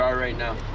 um right now.